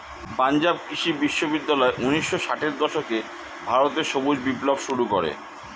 পাঞ্জাব কৃষি বিশ্ববিদ্যালয় ঊন্নিশো ষাটের দশকে ভারতে সবুজ বিপ্লব শুরু করে